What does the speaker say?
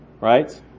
right